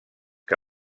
que